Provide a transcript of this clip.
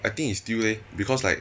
I think is still eh because like